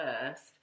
first